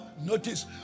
notice